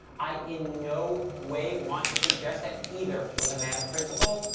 i, in no way, want to suggest that either was a man of principle,